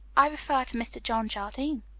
i refer to mr. john jardine,